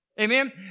Amen